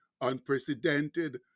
unprecedented